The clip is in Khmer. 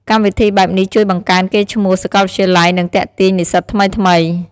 កម្មវិធីបែបនេះជួយបង្កើនកេរ្តិ៍ឈ្មោះសាកលវិទ្យាល័យ និងទាក់ទាញនិស្សិតថ្មីៗ។